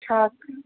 छा